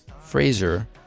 Fraser